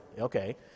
Okay